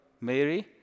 Mary